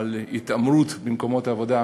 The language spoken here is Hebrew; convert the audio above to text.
על התעמרות במקומות עבודה,